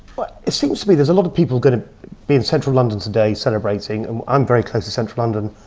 but it seems to me there's a lot of people going to be in central london today celebrating. and i'm very close to central london,